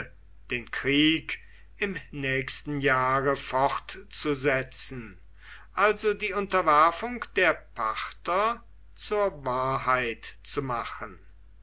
den krieg im nächsten jahre fortzusetzen also die unterwerfung der parther zur wahrheit zu machen